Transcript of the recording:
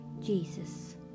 Jesus